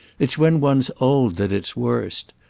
it's when one's old that it's worst.